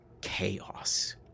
chaos